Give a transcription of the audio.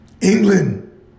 England